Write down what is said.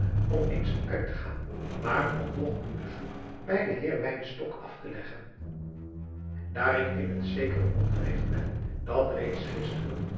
om eens uit te gaan maar om nog een bezoek bij den heer wynstok af te leggen daar ik in het zekere onderrigt ben dat reeds gisteren